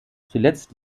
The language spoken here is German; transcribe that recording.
zuletzt